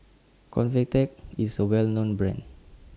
Convatec IS A Well known Brand